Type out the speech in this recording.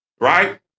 right